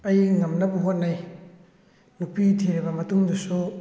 ꯑꯩ ꯉꯝꯅꯕ ꯍꯣꯠꯅꯩ ꯅꯨꯄꯤ ꯊꯤꯔꯕ ꯃꯇꯨꯡꯗꯁꯨ